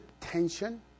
tension